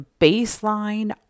baseline